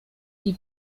die